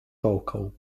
vocal